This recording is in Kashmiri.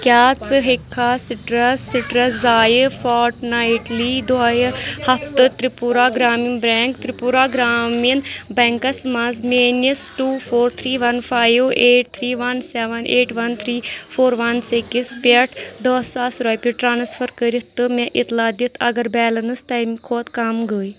کیٛاہ ژٕ ہیٚککھا سٕٹرَس سٕٹرَس ضایع فاٹ نایِٹلی دۄہَے یہِ ہَفتہٕ تِرٛپوٗرا گرٛامیٖن بٮ۪نٛک تِرٛپوٗرا گرٛامیٖن بٮ۪نٛکَس منٛز میٛٲنِس two four three one five eight three one seven eight one three four one six پٮ۪ٹھ دہ ساس رۄپیہِ ٹرٛانَسفَر کٔرِتھ تہٕ مےٚ اِطلاع دِتھ اَگر بیلینٕس تَمہِ کھۄتہٕ کَم گٔے